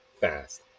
fast